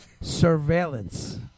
surveillance